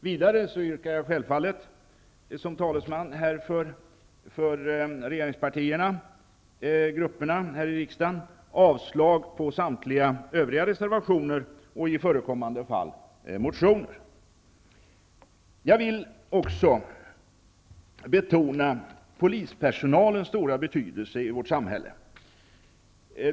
Vidare yrkar jag självfallet, som talesman för regeringspartigrupperna här i riksdagen, avslag på samtliga övriga reservationer och i förekommande fall motioner. Jag vill också betona polispersonalens stora betydelse i vårt samhälle.